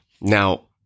Now